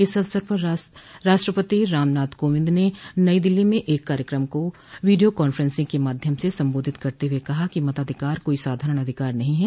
इस अवसर पर राष्ट्रपति रामनाथ कोविंद ने नई दिल्ली में एक कार्यक्रम को वीडियो कांफ्रेंसिंग के माध्यम से संबोधित करते हुए कहा कि मताधिकार कोई साधारण अधिकार नहीं है